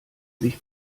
sich